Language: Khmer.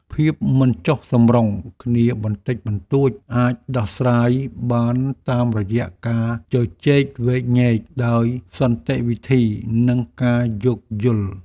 ភាពមិនចុះសម្រុងគ្នាបន្តិចបន្តួចអាចដោះស្រាយបានតាមរយៈការជជែកវែកញែកដោយសន្តិវិធី និងការយោគយល់។